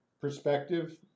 perspective